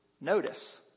notice